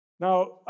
Now